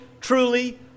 truly